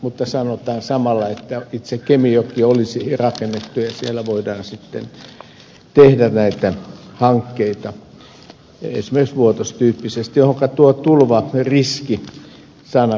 mutta samalla sanotaan että itse kemijoki olisi rakennettu ja siellä voidaan sitten tehdä näitä hankkeita esimerkiksi vuotos tyyppisesti mihinkä tuo tulvariski sana kyllä viittaa